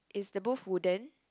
is the booth wooden